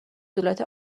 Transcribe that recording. دولت